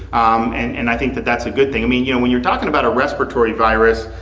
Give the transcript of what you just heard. and i think that that's a good thing. i mean, you know, when you're talking about a respiratory virus,